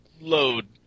load